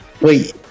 Wait